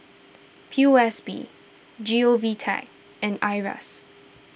P O S B G O V Tech and Iras